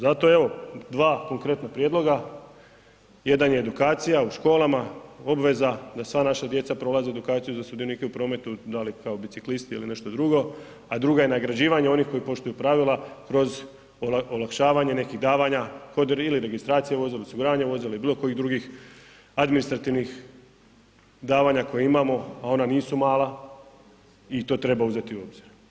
Zato evo, 2 konkretna prijedloga, jedan je edukacija u školama, obveza da sva naša djeca prolaze edukaciju za sudionike u prometu, da li kao biciklisti ili nešto drugo, a druga je nagrađivanje onih koji poštuju pravila kroz olakšavanja nekih davanja kod ili registracije vozila, osiguravanja vozila ili bilo kojih drugih administrativnih davanja koje imamo, a ona nisu mala i to treba uzeti u obzir.